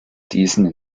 diesen